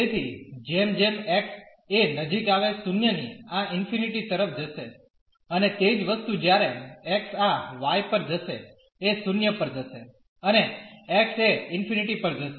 તેથી જેમ જેમ x એ નજીક આવે 0 ની આ ઇન્ફીનીટી તરફ જશે અને તે જ વસ્તુ જ્યારે x આ y પર જશે એ 0 પર જશે અને x એ ∞ પર જશે